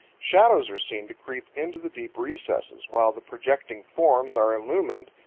shadows are seen to creep into the deep recesses, while the projecting forms are illumined,